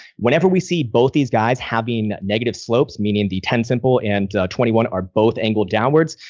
whenever we see both these guys having negative slopes, meaning the ten simple and twenty one are both angled downwards,